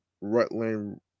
Rutland